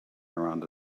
around